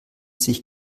sich